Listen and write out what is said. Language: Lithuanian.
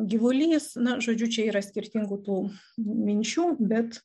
gyvulys na žodžiu čia yra skirtingų tų minčių bet